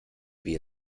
wie